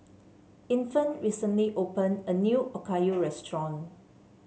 Infant recently opened a new Okayu restaurant